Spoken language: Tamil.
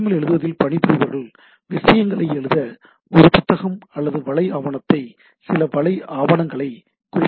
எல் எழுதுவதில் பணிபுரிபவர்கள் விஷயங்களை எழுத ஒரு புத்தகம் அல்லது வலை ஆவணத்தை சில வலை ஆவணங்களைக் குறிப்பிட வேண்டும்